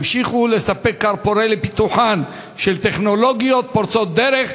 ימשיכו לספק כר פורה לפיתוחן של טכנולוגיות פורצות דרך,